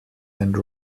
and